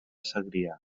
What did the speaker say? segrià